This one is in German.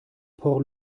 port